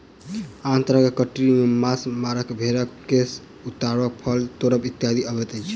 आन तरह के कटनी मे माछ मारब, भेंड़क केश उतारब, फल तोड़ब इत्यादि अबैत अछि